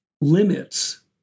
limits